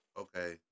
okay